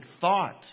thoughts